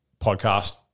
podcast